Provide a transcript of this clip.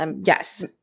Yes